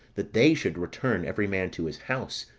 that they should return every man to his house,